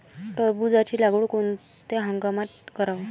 टरबूजाची लागवड कोनत्या हंगामात कराव?